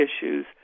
issues